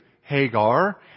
Hagar